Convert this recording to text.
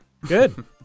good